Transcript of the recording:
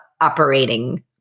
operating